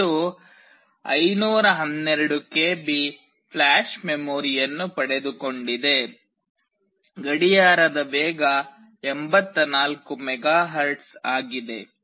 ಇದು 512 KB flash ಮೆಮೊರಿಯನ್ನು ಪಡೆದುಕೊಂಡಿದೆ ಗಡಿಯಾರದ ವೇಗ 84 ಮೆಗಾಹರ್ಟ್ಜ್ ಆಗಿದೆ